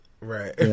Right